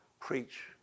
preach